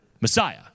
Messiah